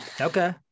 Okay